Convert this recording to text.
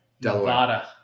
Delaware